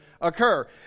occur